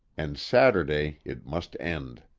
and saturday it must end!